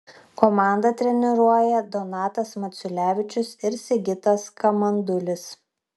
komandą treniruoja donatas maciulevičius ir sigitas kamandulis